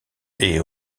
est